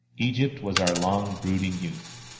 egypt was our long brooding youth.